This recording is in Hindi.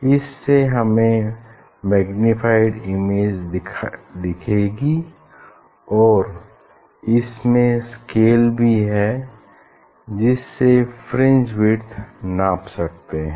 इससे हमें मैग्नीफाइड इमेज दिखेगी और इसमें स्केल भी हैं जिससे फ्रिंज विड्थ नाप सकते हैं